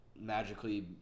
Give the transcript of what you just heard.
magically